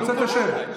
אתה רוצה, תשב.